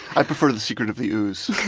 i prefer the secret of the ooze.